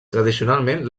tradicionalment